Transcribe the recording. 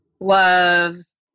gloves